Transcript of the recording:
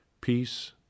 peace